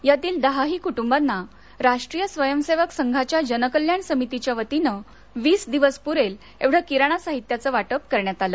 यातील दहाही कुटुंबाना राष्ट्रीय स्वयंसेवक संघाच्या जनकल्याण समितीच्या वतीने वीस दिवस पुरेल एवढे किराणा साहित्याचे वाटप करण्यात आले